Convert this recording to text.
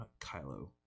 kylo